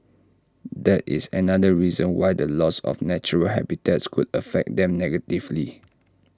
that is another reason why the loss of natural habitats could affect them negatively